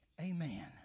Amen